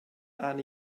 han